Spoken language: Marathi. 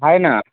आहे ना